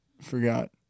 forgot